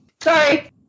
Sorry